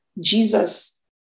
Jesus